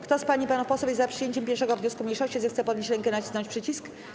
Kto z pań i panów posłów jest za przyjęciem 1. wniosku mniejszości, zechce podnieść rękę i nacisnąć przycisk.